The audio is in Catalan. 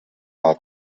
mal